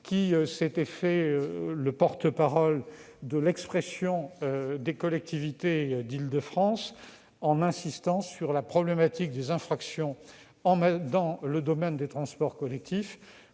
qui s'était faite la porte-parole des collectivités d'Île-de-France, en insistant sur la problématique des infractions dans les transports collectifs,